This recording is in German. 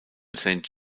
saint